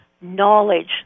knowledge